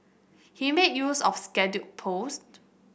he made use of scheduled post